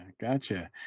Gotcha